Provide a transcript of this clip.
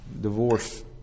divorce